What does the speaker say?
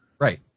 Right